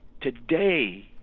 today –